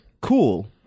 Cool